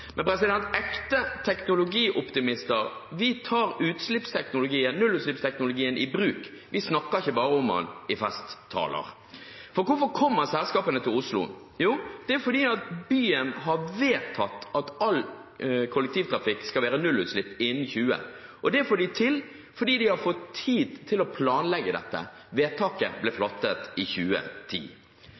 Men ekte teknologioptimister tar nullutslippsteknologien i bruk, vi snakker ikke bare om den i festtaler. For hvorfor kommer selskapene til Oslo? Jo, det er fordi byen har vedtatt at all kollektivtrafikk skal være nullutslipp innen 2020, og de får det til fordi de har fått tid til å planlegge dette – vedtaket ble fattet i 2010.